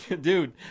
dude